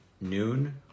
noon